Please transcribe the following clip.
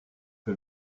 que